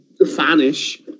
vanish